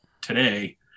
Today